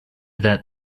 that